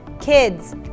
kids